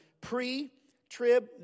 pre-trib